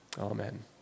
Amen